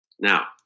now